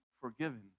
forgiven